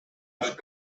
ашып